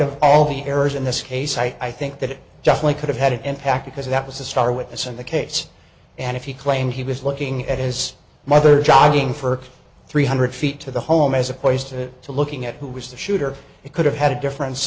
of all the errors in this case i think that it just one could have had an impact because that was the star witness in the case and if he claimed he was looking at his mother jogging for three hundred feet to the home as a poised to looking at who was the shooter it could have had a difference